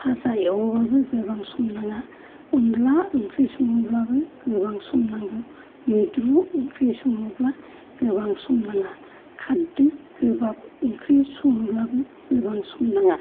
फाजा एवोब्लाबो गोबां सम नाङा अनद्ला ओंख्रि सङोब्लाबो गोबां सम नांगौ मैद्रु ओंख्रि सङोब्ला गोबां सम नाङा खारदै गोबाब ओंख्रि सङोब्लाबो गोबां सम नाङा